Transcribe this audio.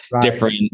different